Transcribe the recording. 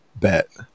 bet